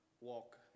walk